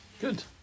Good